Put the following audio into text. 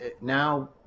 now